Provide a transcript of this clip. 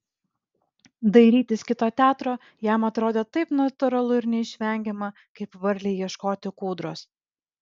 dairytis kito teatro jam atrodė taip natūralu ir neišvengiama kaip varlei ieškoti kūdros